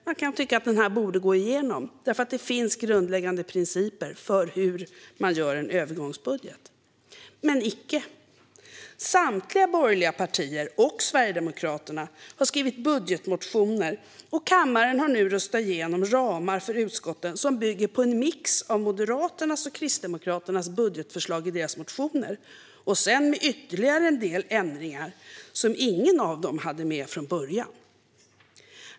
Man kan tycka att den borde gå igenom eftersom det finns grundläggande principer för hur man gör en övergångsbudget - men icke. Samtliga borgerliga partier och Sverigedemokraterna har skrivit budgetmotioner. Kammaren har nu röstat igenom ramar för utskotten som bygger på en mix av Moderaternas och Kristdemokraternas budgetförslag - och sedan är det ytterligare en del ändringar som ingen av dem hade med från början.